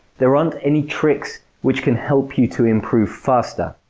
there aren't any tricks which can help you to improve faster.